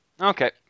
Okay